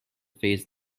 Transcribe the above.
phase